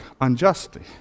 unjustly